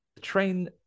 train